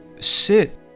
sit